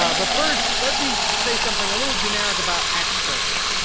ah but first, let me say something a little generic about experts.